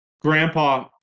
grandpa